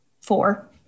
four